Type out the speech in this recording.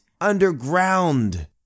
underground